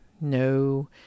No